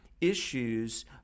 issues